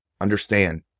Understand